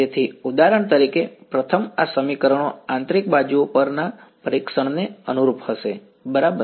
તેથી ઉદાહરણ તરીકે પ્રથમ આ સમીકરણો આંતરિક બાજુઓ પરના પરીક્ષણને અનુરૂપ હશે બરાબર